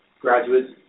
graduates